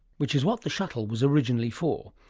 which is what the shuttle was originally for.